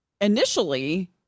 Initially